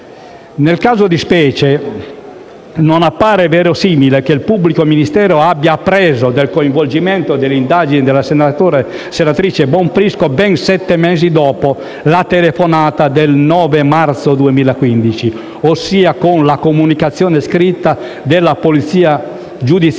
Nel caso di specie non appare verosimile che il pubblico ministero abbia appreso del coinvolgimento nelle indagini della senatrice Bonfrisco ben sette mesi dopo la telefonata del 9 marzo 2015 (ossia con la comunicazione scritta della polizia giudiziaria